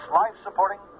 life-supporting